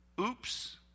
oops